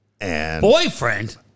Boyfriend